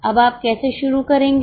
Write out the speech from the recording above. अब आप कैसे शुरू करेंगे